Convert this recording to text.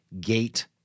gate